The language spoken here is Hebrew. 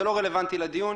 זה לא רלבנטי לדיון.